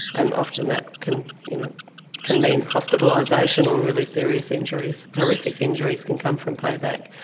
and often that can you know can mean hospitalisation or really serious injuries. horrific injuries can come from payback.